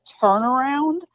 turnaround